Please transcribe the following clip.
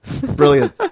Brilliant